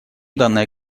данная